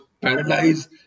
paralyzed